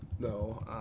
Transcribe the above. No